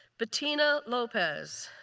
petina lopez.